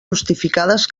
justificades